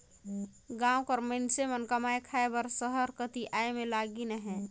गाँव कर मइनसे मन कमाए खाए बर सहर कती आए में लगिन अहें